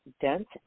dense